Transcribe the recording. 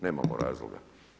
Nemamo razloga.